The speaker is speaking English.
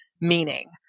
meaning